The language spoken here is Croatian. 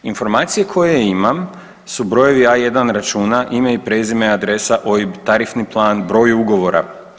Informacije koje imam su brojevi A1 računa, ime i prezime, adresa, OIB, tarifni plan, broj ugovora.